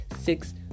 six